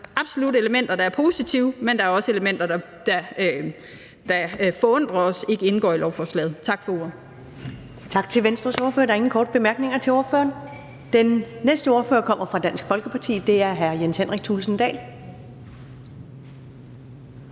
sagt absolut elementer, der er positive, men der er også elementer, det undrer os ikke indgår i lovforslaget. Tak for ordet.